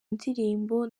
ndirimbo